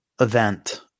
event